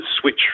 switch